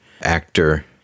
actor